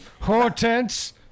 Hortense